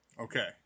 Okay